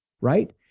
right